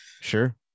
Sure